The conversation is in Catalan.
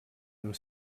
amb